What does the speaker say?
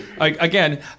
Again